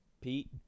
Pete